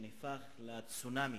שנהפך לצונאמי